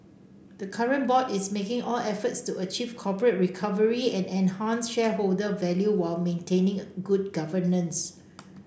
the current board is making all efforts to achieve corporate recovery and enhance shareholder value while maintaining good governance